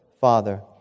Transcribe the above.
father